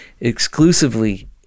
exclusively